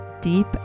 deep